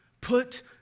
Put